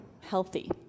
healthy